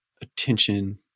attention